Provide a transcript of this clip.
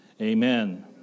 amen